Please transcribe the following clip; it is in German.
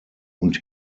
und